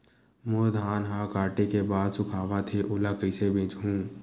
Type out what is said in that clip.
मोर धान ह काटे के बाद सुखावत हे ओला कइसे बेचहु?